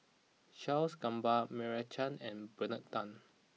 Charles Gamba Meira Chand and Bernard Tan